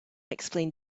explained